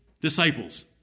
disciples